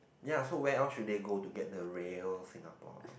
ya so where else should they go to get the real Singapore